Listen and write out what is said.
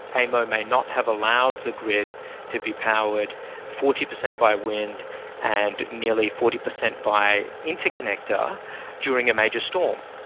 aemo may not have allowed the grid to be powered forty percent by wind and nearly forty percent by the interconnector during a major storm.